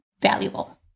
valuable